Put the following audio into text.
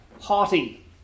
haughty